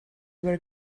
were